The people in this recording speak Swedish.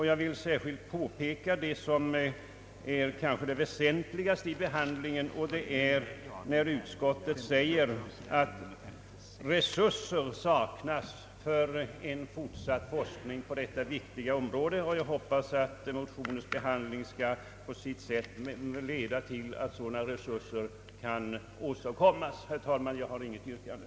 Jag vill särskilt påpeka det som kanske är mest väsentligt i behandlingen, nämligen när utskottet säger att resurser saknas för en fortsatt forskning på detta viktiga område, och jag hoppas att motionens behandling på sitt sätt skall leda till att sådana resurser kan åstadkommas och denna viktiga forskning utvecklas. Herr talman, jag har inget yrkande.